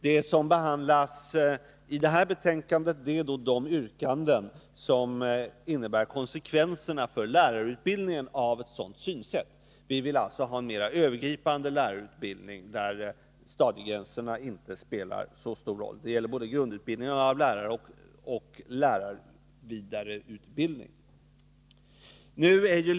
Det som behandlas i det här betänkandet är yrkanden beträffande lärarutbildningen som måste bli konsekvenserna av ett sådant synsätt. Vi vill alltså ha en mer övergripande lärarutbildning, där stadiegränserna inte spelar så stor roll. Det gäller både grundutbildning och vidareutbildning av lärare.